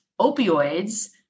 opioids